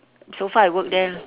so far I work there